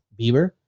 Bieber